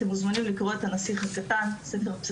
אתם מוזמנים לקרוא את ספר הנסיך הקטן,